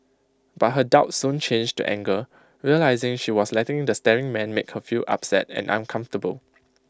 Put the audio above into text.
but her doubt soon changed to anger realising she was letting the staring man make her feel upset and uncomfortable